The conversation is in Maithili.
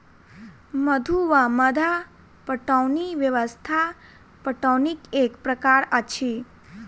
मद्दु वा मद्दा पटौनी व्यवस्था पटौनीक एक प्रकार अछि